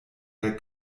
der